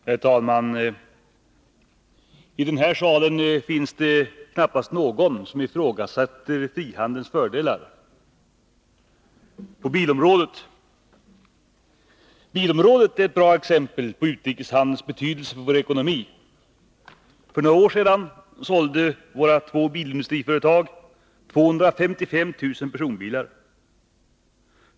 Herr talman! I den här salen finns det knappast någon som ifrågasätter frihandelns fördelar — på bilområdet. Bilområdet är ett bra exempel på utrikeshandelns betydelse för vår ekonomi. För några år sedan sålde våra två bilindustriföretag 255 000 personbilar.